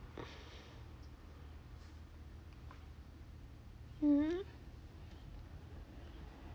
mmhmm